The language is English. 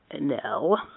No